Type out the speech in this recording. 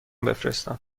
بفرستم